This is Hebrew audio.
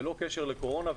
ללא קשר לקורונה,